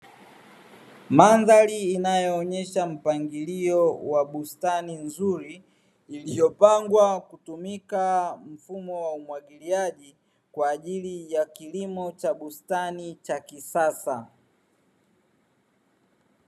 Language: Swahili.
Mandhari inayoonyesha mpangilio wa bustani nzuri, iliyopangwa kutumika mfumo wa umwagiliaji, kwa ajili ya kilimo cha bustani cha kisasa.